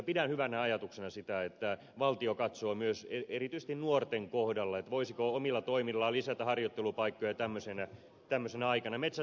pidän hyvänä ajatuksena sitä että valtio katsoo myös erityisesti nuorten kohdalla voisiko se omilla toimillaan lisätä harjoittelupaikkoja tämmöisenä aikana